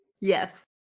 Yes